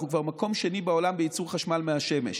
אנחנו כבר מקום שני בעולם בייצור חשמל מהשמש.